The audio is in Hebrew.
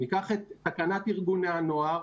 ניקח את תקנת ארגוני הנוער,